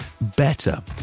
better